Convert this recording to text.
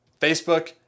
Facebook